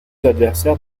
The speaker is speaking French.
adversaires